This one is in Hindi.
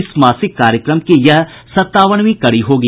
इस मासिक कार्यक्रम की यह संतावनवीं कड़ी होगी